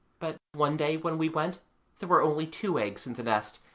but one day when we went there were only two eggs in the nest,